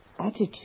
attitude